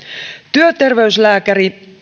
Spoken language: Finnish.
työterveyslääkäri